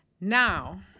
now